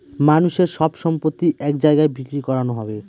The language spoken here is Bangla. মানুষের সব সম্পত্তি এক জায়গায় বিক্রি করানো হবে